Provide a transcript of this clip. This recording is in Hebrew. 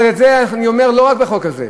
אבל את זה אני אומר לא רק בחוק הזה.